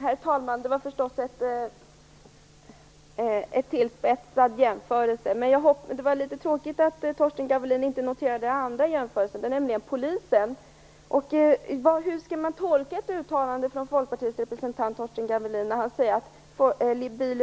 Herr talman! Det var förstås en tillspetsad jämförelse. Men det var litet tråkigt att Torsten Gavelin inte noterade den andra jämförelsen, nämligen den med Polisen. Hur skall man tolka ett uttalande från Folkpartiets representant Torsten Gavelin när han säger att ni